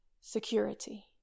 security